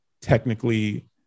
technically